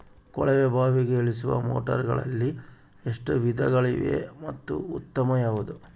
ಕೊಳವೆ ಬಾವಿಗೆ ಇಳಿಸುವ ಮೋಟಾರುಗಳಲ್ಲಿ ಎಷ್ಟು ವಿಧಗಳಿವೆ ಮತ್ತು ಉತ್ತಮ ಯಾವುದು?